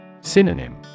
Synonym